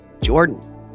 Jordan